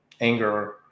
anger